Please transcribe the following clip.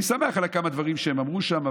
אני שמח על כמה דברים שהם אמרו שם,